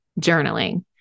journaling